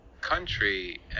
country